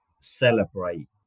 celebrate